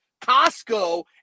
Costco